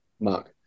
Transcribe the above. mark